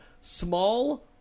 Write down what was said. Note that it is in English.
small